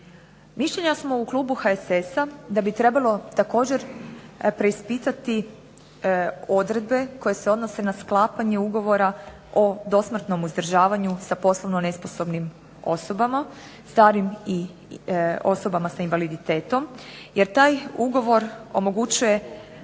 Mišljenja smo u klubu HSS-a da bi trebalo također preispitati odredbe koje se odnose na sklapanje ugovora o dosmrtnom uzdržavanju sa poslovno nesposobnim osobama, starim i osobama s invaliditetom jer taj ugovor omogućuje